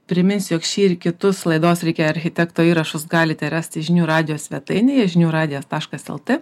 priminsiu jog šį ir kitus laidos reikia architekto įrašus galite rasti žinių radijo svetainėje žinių radijas taškas lt